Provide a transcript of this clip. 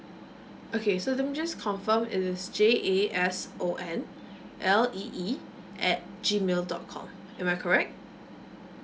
okay so let me just confirm it is J A S O N L E E at G mail dot com am I correct